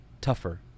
tougher